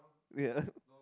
ya